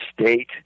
state